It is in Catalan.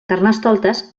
carnestoltes